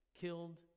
killed